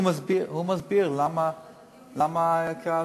אז הוא מסביר למה זה קרה.